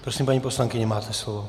Prosím, paní poslankyně, máte slovo.